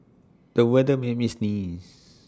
the weather made me sneeze